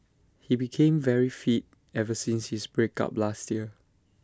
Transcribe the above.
he became very fit ever since his break up last year